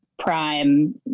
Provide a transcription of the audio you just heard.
prime